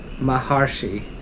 Maharshi